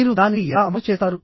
మీరు దానిని ఎలా అమలు చేస్తారు